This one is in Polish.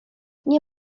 nie